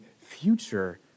future